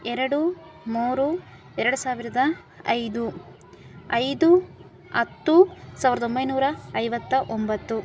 ಎರಡು ಮೂರು ಎರಡು ಸಾವಿರದ ಐದು ಐದು ಹತ್ತು ಸಾವಿರದ ಒಂಬೈನೂರ ಐವತ್ತ ಒಂಬತ್ತು